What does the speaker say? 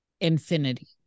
infinity